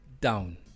down